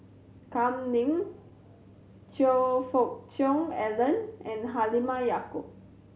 Kam Ning Choe Fook Cheong Alan and Halimah Yacob